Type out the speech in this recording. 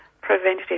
Preventive